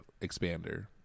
expander